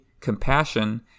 compassion